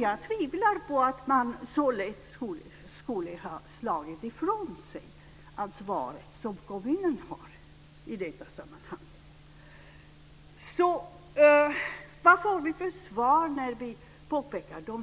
Jag tvivlar på att man så lätt skulle ha slagit ifrån sig ansvaret som kommunen har gjort i det här sammanhanget. Vad får vi för svar när vi tar fram dessa